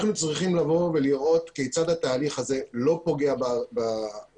אנחנו צריכים לראות כיצד התהליך הזה לא פוגע בעסקים,